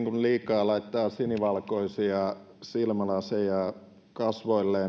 liikaa laittaa sinivalkoisia silmälaseja kasvoilleen